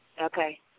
Okay